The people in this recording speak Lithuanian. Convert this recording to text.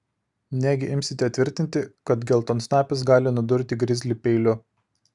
negi imsite tvirtinti kad geltonsnapis gali nudurti grizlį peiliu